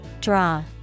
Draw